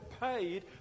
paid